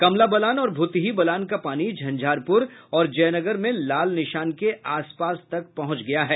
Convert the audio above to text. कमला बलान और भुतहि बलान का पानी झंझारपुर और जयनगर में लाल निशान के आस पास तक पहुंच गया है